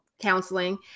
counseling